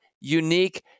unique